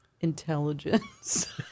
intelligence